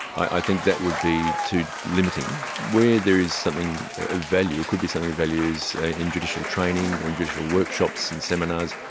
i think that would be too limiting. where there is something of value or could be something of value is ah in judicial training or in judicial workshops and seminars,